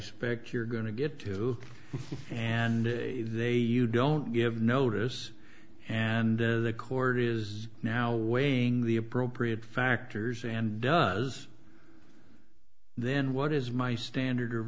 suspect you're going to get to and they you don't give notice and then the court is now weighing the appropriate factors and does then what is my standard